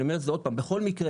אני אומר את זה עוד פעם בכל מקרה,